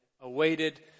awaited